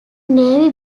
navy